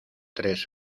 tres